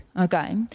Okay